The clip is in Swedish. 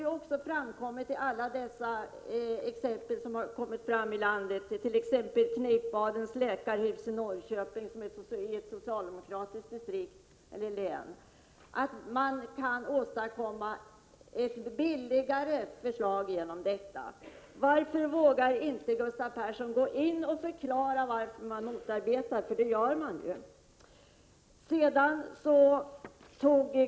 Det har också framkommit i alla dessa exempel ute i landet, t.ex. när det gäller Kneippbadens läkarhus i Norrköping — alltså i ett län styrt av socialdemokraterna, att man kan åstadkomma ett billigare alternativ genom privat verksamhet. Varför vågar inte Gustav Persson förklara varför man motarbetar sådan verksamhet? Det gör man ju.